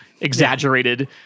exaggerated